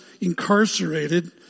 incarcerated